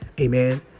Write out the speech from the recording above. Amen